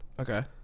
Okay